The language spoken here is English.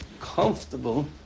comfortable